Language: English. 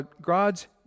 God's